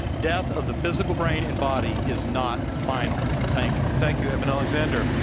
death of the physical brain and body is not final. thank you. thank you, eben alexander.